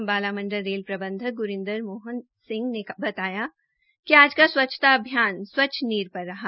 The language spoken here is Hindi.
अंबाला मंडल रेल प्रबंधक गुरिंदर मोहन सिंह ने बताया कि आज का स्वच्छता अभियान स्वच्छ नीर रहा